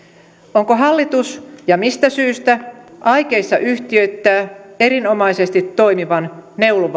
onko hallitus ja mistä syystä aikeissa yhtiöittää erinomaisesti toimivan